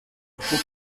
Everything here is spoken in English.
altar